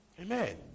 Amen